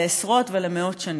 עשרות ומאות שנים,